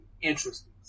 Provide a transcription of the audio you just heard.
interesting